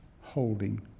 holding